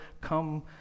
come